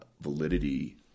validity